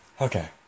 Okay